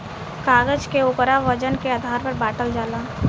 कागज के ओकरा वजन के आधार पर बाटल जाला